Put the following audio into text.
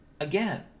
again